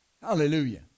Hallelujah